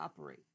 operate